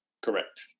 Correct